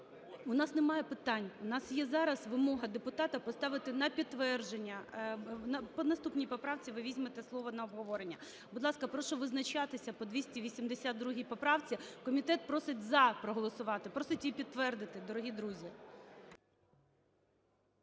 У нас немає питань, у нас є зараз вимога депутата поставити на підтвердження. По наступній поправці ви візьмете слово на обговорення. Будь ласка, прошу визначатися по 282 поправці. Комітет просить "за" проголосувати, просить її підтвердити, дорогі друзі.